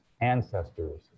ancestors